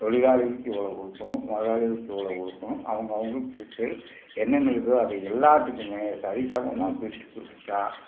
தொழிலாளிகளுக்கு இவ்வளோ கொடுக்கணும் முதலாளிக்களுக்கு இவ்வளோ கொடுக்கணும் அவுங்கவுங்களுக்கு இருக்கிறது என்னென்ன இருக்குதோ அது எல்லாத்துக்குமே சரி சமமாக பிரித்துக் கொடுத்துட்டா